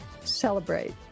celebrate